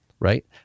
Right